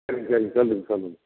சரி சரி சொல்லுங்கள் சொல்லுங்கள்